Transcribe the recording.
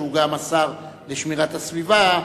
שהוא גם השר להגנת הסביבה,